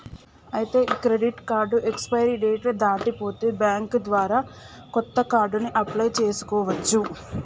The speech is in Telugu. ఐతే ఈ క్రెడిట్ కార్డు ఎక్స్పిరీ డేట్ దాటి పోతే బ్యాంక్ ద్వారా కొత్త కార్డుని అప్లయ్ చేసుకోవచ్చు